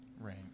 Right